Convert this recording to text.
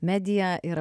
mediją ir